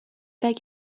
beg